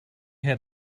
had